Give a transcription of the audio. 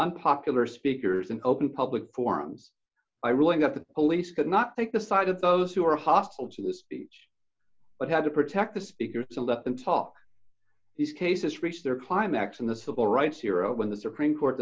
unpopular speakers and open public forums by rolling up the police could not take the side of those who are hostile to the speech but had to protect the speaker to let them talk these cases reach their climax in the civil rights era when the supreme court